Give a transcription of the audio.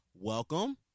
welcome